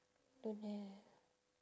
don't have